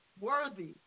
worthy